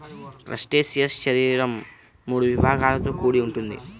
crustacean శరీరం మూడు విభాగాలతో కూడి ఉంటుంది